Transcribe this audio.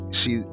see